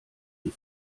die